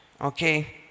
Okay